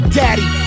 daddy